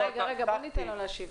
--- רגע, בוא ניתן לו להשלים.